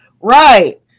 Right